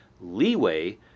leeway